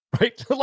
right